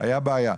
הייתה בעיה.